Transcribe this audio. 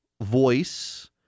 voice